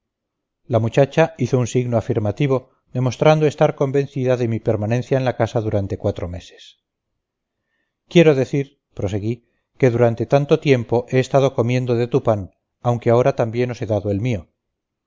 la muchacha hizo un signo afirmativo demostrando estar convencida de mi permanencia en la casa durante cuatro meses quiero decir proseguí que durante tanto tiempo he estado comiendo de tu pan aunque también os he dado el mío